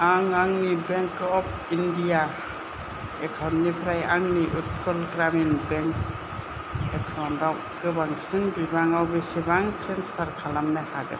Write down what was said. आं आंनि bank of India एकाउन्टनिफ्राय आंनि उट्कल ग्रामिन बेंक एकाउन्टआव गोबांसिन बिबाङाव बेसेबां ट्रेन्सफार खालामनो हागोन